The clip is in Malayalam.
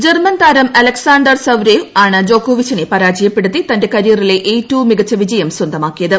ജർമ്മൻ താരം അലക്സാണ്ടർ സ്വരേവ് ആണ് ജോകോവിച്ചിനെ പരാജയപ്പെടുത്തി തന്റെ കരിയറിലെ ഏറ്റവും മികച്ച വിജയം സ്വന്തമാക്കിയത്